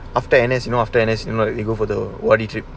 after N_S you know after N_S you know you go for the what retreat